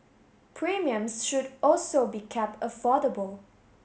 premiums should also be kept affordable